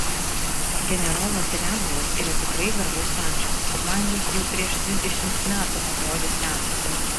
generolas riabovas yra tikrai garbaus amžiaus man jis jau prieš trisdešimt metų atrodė senas